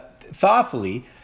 thoughtfully